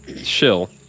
shill